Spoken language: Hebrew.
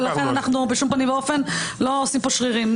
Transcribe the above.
ולכן אנחנו בשום פנים ואופן לא עושים פה שרירים.